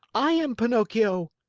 i am pinocchio!